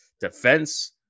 defense